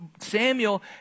Samuel